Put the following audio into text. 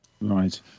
right